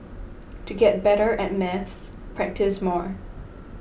to get better at maths practise more